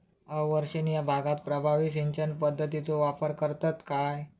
अवर्षणिय भागात प्रभावी सिंचन पद्धतीचो वापर करतत काय?